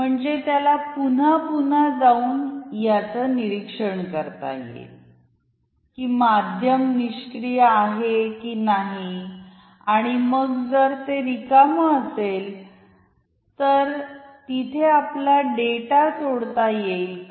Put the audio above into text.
म्हणजे त्याला पुन्हा पुन्हा जाऊन याचं निरीक्षण करता येईल की माध्यम निष्क्रियआहे की नाही आणि मग जर ते रिकाम असेल तर तिथे आपला डेटा सोडता येईल का